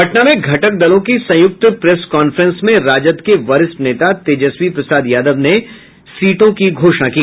पटना में घटक दलों की संयुक्त प्रेस कांफ्रेंस में राजद के वरिष्ठ नेता तेजस्वी प्रसाद यादव ने सीटों की घोषणा की